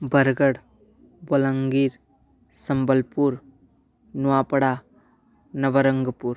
बर्गड् बोलङ्गीर् सम्बल्पुरं न्वापडा नवरङ्ग्पुरम्